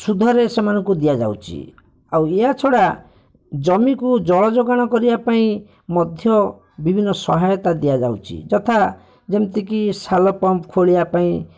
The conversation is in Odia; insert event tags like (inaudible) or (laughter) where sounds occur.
ସୁଧରେ ସେମାନଙ୍କୁ ଦିଆଯାଉଛି ଆଉ ଏହା ଛଡ଼ା ଜମିକୁ ଜଳ ଯୋଗାଣ କରିବା ପାଇଁ ମଧ୍ୟ ବିଭିନ୍ନ ସହାୟତା ଦିଆଯାଉଛି ଯଥା ଯେମିତିକି (unintelligible) ପମ୍ପ ଖୋଳିବା ପାଇଁ